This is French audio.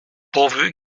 pourvu